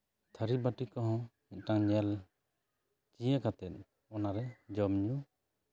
ᱛᱷᱟᱹᱨᱤᱵᱟᱹᱴᱤ ᱠᱚᱦᱚᱸ ᱢᱤᱫᱴᱟᱱ ᱧᱮᱞ ᱪᱤᱭᱟᱹ ᱠᱟᱛᱮᱫ ᱚᱱᱟᱨᱮ ᱡᱚᱢ ᱧᱩ